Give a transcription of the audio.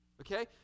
Okay